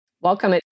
Welcome